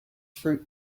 fruit